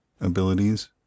abilities